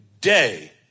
day